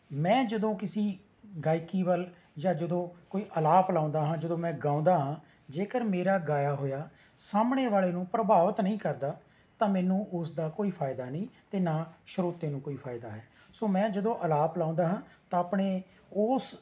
ਮੈਂ ਜਦੋਂ ਕਿਸੀ ਗਾਇਕੀ ਵੱਲ ਜਾਂ ਜਦੋਂ ਕੋਈ ਅਲਾਪ ਲਾਉਂਦਾ ਹਾਂ ਜਦੋਂ ਮੈਂ ਗਾਉਂਦਾ ਹਾਂ ਜੇਕਰ ਮੇਰਾ ਗਾਇਆ ਹੋਇਆ ਸਾਹਮਣੇ ਵਾਲੇ ਨੂੰ ਪ੍ਰਭਾਵਿਤ ਨਹੀਂ ਕਰਦਾ ਤਾਂ ਮੈਨੂੰ ਉਸ ਦਾ ਕੋਈ ਫਾਇਦਾ ਨਹੀਂ ਅਤੇ ਨਾ ਸਰੋਤੇ ਨੂੰ ਕੋਈ ਫਾਇਦਾ ਹੈ ਸੋ ਮੈਂ ਜਦੋਂ ਅਲਾਪ ਲਾਉਂਦਾ ਹਾਂ ਤਾਂ ਆਪਣੇ ਉਸ